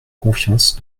confiance